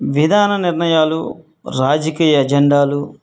విధాన నిర్ణయాలు రాజకీయ ఏజెండాలు